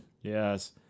Yes